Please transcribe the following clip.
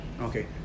Okay